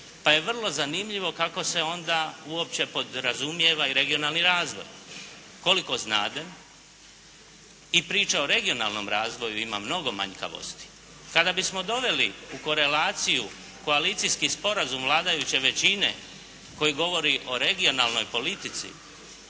pa je vrlo zanimljivo kako se onda uopće podrazumijeva i regionalni razvoj. Koliko znadem, i priča o regionalnom razvoju ima mnogo manjkavosti. Kada bismo doveli u korelaciju koalicijski sporazum vladajuće većine koji govori o regionalnoj politici